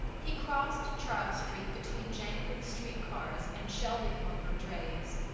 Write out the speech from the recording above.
he crossed charles street between jangling street cars and shelving lumber drays,